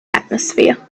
atmosphere